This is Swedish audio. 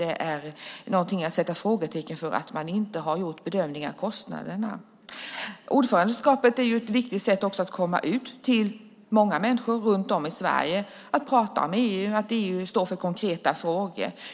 Det är någonting att sätta frågetecken för att man inte har gjort en bedömning av kostnaderna. Ordförandeskapet är också en viktig möjlighet att komma ut till många människor runt om i Sverige och tala om EU och att EU står för konkreta frågor.